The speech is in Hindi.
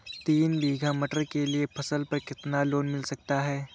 तीन बीघा मटर के लिए फसल पर कितना लोन मिल सकता है?